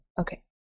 Okay